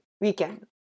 weekend